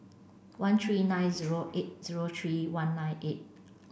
one three nine zero eight zero three one nine eight